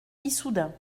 issoudun